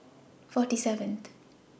forty seven th